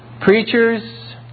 Preachers